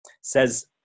Says